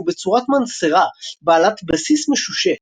והוא בצורת מנסרה בעלת בסיס משושה,